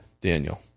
Daniel